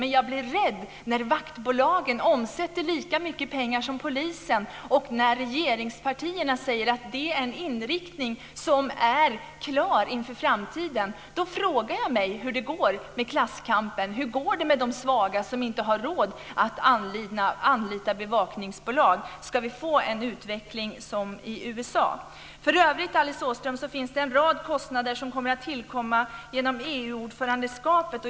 Men jag blir rädd när vaktbolagen omsätter lika mycket pengar som polisen och när regeringspartierna säger att det är en klar inriktning inför framtiden. Då frågar jag mig hur det går med klasskampen, hur det går med de svaga som inte har råd att anlita bevakningsbolag. Ska vi få en utveckling som i USA? För övrigt, Alice Åström, finns det en rad kostnader som tillkommer genom EU-ordförandeskapet.